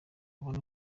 abone